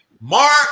Mark